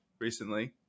recently